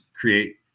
create